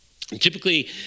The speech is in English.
Typically